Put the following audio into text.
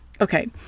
Okay